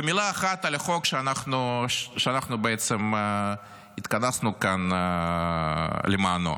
ומילה אחת על החוק שאנחנו בעצם התכנסנו כאן למענו,